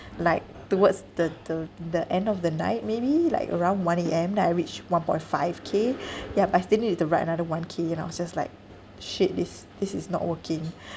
like towards the the the end of the night maybe like around one A_M then I reached one point five K yup I still need to write another one K and I was just like shit this this is not working